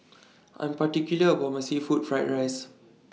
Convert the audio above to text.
I'm particular about My Seafood Fried Rice